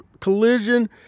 collision